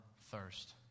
thirst